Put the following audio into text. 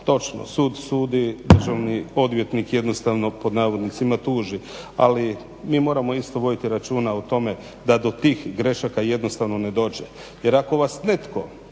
točno sud sudi, državni odvjetnik jednostavno "tuži" ali mi moramo isto voditi računa o tome da do tih grešaka jednostavno ne dođe. Jer ako vas netko